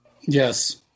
Yes